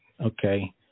okay